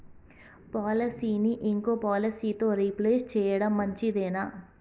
పాలసీని ఇంకో పాలసీతో రీప్లేస్ చేయడం మంచిదేనా?